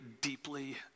deeply